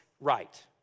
right